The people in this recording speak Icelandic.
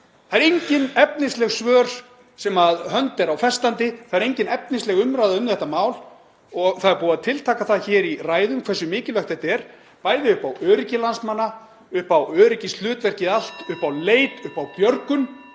það eru engin efnisleg svör sem hönd er á festandi, það er engin efnisleg umræða um þetta mál. Það er búið að tiltaka það hér í ræðum hversu mikilvægt þetta er, upp á öryggi landsmanna, upp á öryggishlutverkið allt, upp á leit, (Forseti